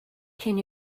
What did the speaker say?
cyn